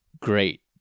great